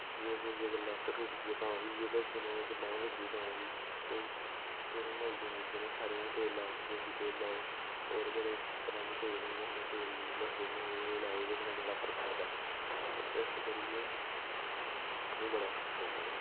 जेकर किसै दी अगर लत्त टुटदी ऐ तां बी इ'यो दसदे न ओह् अगर बांह् टुटदी तां बी ते फिर ओह् मलदे मुलदे न सरेआं दा तेल लाओ देसी तेल लाओ होर बड़े तरहां दे तेल होंदे न तेल तूल दसदे न एह् ओह् लाओ ते एह्दे कन्नै बड़ा फरक पौंदा ते इस करिये सानूं बड़ा फरक पौंदा एह्दे कन्नै